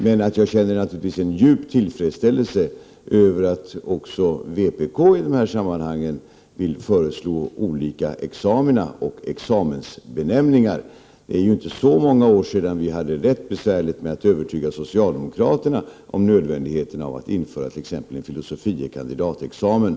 Men jag känner naturligtvis en djup tillfredsställelse över att också vpk i dessa sammanhang vill föreslå olika examina och examensbenämningar. Det är ju inte så många år sedan vi hade det rätt besvärligt med att övertyga socialdemokraterna om nödvändigheten att införa t.ex. en filosofie kandidat-examen.